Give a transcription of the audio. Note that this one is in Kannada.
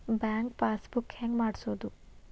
ಬ್ಯಾಂಕ್ ಪಾಸ್ ಬುಕ್ ಹೆಂಗ್ ಮಾಡ್ಸೋದು?